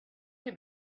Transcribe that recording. too